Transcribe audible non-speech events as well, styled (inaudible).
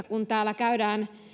(unintelligible) kun täällä käydään